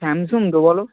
Samsung তো বলো